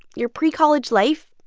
your pre-college life,